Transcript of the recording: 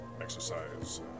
exercise